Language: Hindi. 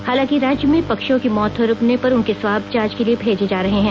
हालांकि राज्य में पक्षियों की मौत होने पर उनके स्वाब जांच के लिए भेजे जा रहे हैं